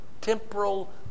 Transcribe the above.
temporal